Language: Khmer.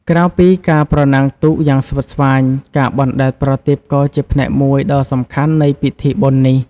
ក្រៅពីការប្រណាំងទូកយ៉ាងស្វិតស្វាញ ការបណ្ដែតប្រទីបក៏ជាផ្នែកមួយដ៏សំខាន់នៃពិធីបុណ្យនេះ។